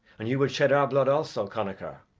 and you would shed our blood also, connachar.